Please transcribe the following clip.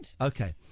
Okay